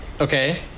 Okay